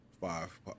five